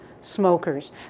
smokers